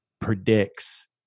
predicts